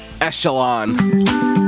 echelon